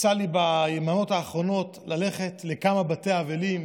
יצא לי ביממות האחרונות ללכת לכמה בתי אבלים